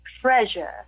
treasure